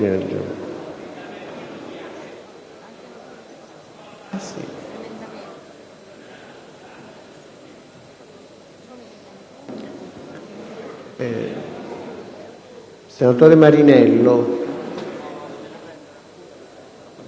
Il senatore Marinello